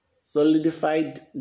solidified